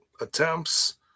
Attempts